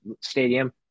stadium